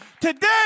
Today